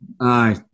Aye